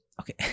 Okay